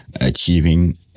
achieving